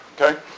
Okay